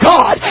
God